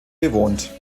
bewohnt